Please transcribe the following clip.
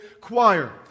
choir